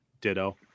Ditto